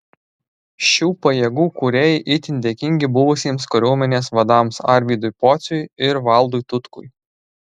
šių pajėgų kūrėjai itin dėkingi buvusiems kariuomenės vadams arvydui pociui ir valdui tutkui